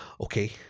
Okay